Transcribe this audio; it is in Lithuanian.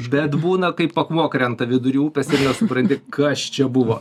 bet būna kaip akmuo krenta vidury upės ir nesupranti kas čia buvo